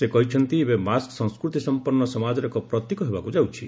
ସେ କହିଛନ୍ତି ଏବେ ମାସ୍କ ସଂସ୍କୃତି ସମ୍ପନ୍ନ ସମାଜର ଏକ ପ୍ରତୀକ ହେବାକୁ ଯାଉଛି